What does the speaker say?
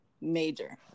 Major